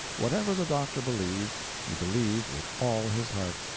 whatever the doctor believed, he believed with all his heart,